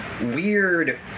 weird